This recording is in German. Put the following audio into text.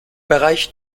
bereich